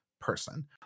person